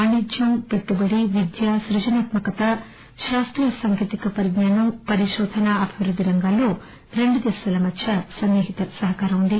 వాణిజ్యం పెట్టుబడి విద్యా సృజనాత్మకత కాస్త సాంకేతిక పరిజ్నానమ్ పరికోధన అభివృద్ది రంగాల్లో రెండు దేశాల మధ్య సన్నిహిత సహకారం ఉంది